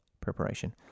preparation